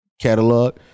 catalog